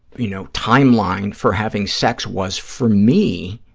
you know, timeline for having sex was, for me,